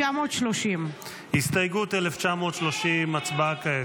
1930. הסתייגות 1930, הצבעה כעת.